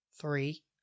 three